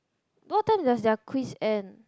what time does their quiz end